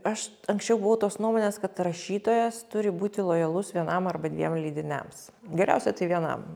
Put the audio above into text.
aš anksčiau buvau tos nuomonės kad rašytojas turi būti lojalus vienam arba dviem leidiniams geriausia tai vienam